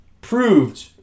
proved